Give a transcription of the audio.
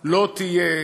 לא תהיה